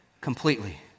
completely